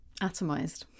Atomized